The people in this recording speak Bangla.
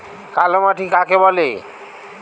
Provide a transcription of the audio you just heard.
কালোমাটি কাকে বলে?